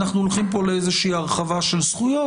אנחנו הולכים פה לאיזושהי הרחבה של זכויות.